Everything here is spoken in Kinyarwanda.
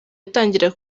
atangira